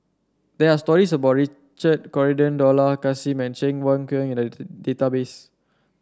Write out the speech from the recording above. there are stories about Richard Corridon Dollah Kassim and Cheng Wai Keung in the database